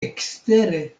ekstere